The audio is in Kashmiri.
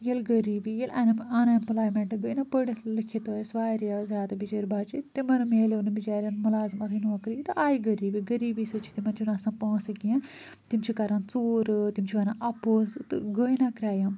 ییٚلہِ غریٖبی ییٚلہِ اَن ایٚپٕلایمیٚنٛٹ گٔے نا پٔرِتھ لیٚکھِتھ ٲسۍ واریاہ زیادٕ بِچٲرۍ بچہٕ تِمن میلیٛو نہٕ بِچاریٚن مُلازِمتھٕے نوکریٖیٕے تہٕ آیہِ غریٖبی غریٖبی سۭتۍ چھِ تِمن چھِنہٕ آسان پٲنٛسہٕ کیٚنٛہہ تِم چھِ کَران ژوٗرٕ تِم چھِ وَنان اپُز تہٕ گٔے نا کرٛایِم